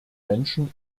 menschen